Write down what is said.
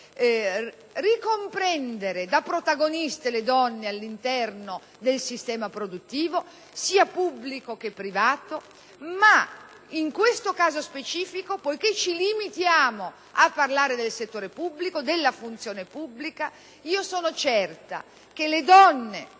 ricomprendere da protagoniste le donne all'interno del sistema produttivo, sia pubblico sia privato. In questo caso specifico, poiché ci limitiamo a parlare del settore pubblico, sono certa che da quelle donne